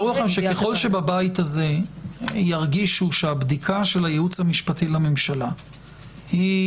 ברור לכם שככל שבבית הזה ירגישו שהבדיקה של הייעוץ המשפטי לממשלה היא